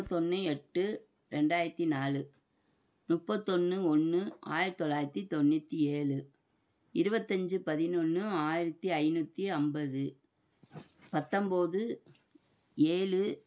தொன்னு எட்டு ரெண்டாயிரத்து நாலு முப்பத்தொன்னு ஒன்று ஆயிரத்தொளாயிரத்து தொண்ணூற்றி ஏழு இருபத்தஞ்சி பதினொன்னு ஆயிரத்து ஐந்நூற்றி ஐம்பது பத்தம்போது ஏழு